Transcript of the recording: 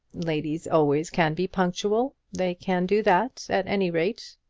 ladies always can be punctual they can do that at any rate.